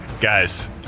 guys